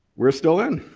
we're still in.